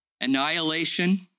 Annihilation